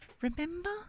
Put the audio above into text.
Remember